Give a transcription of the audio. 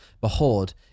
behold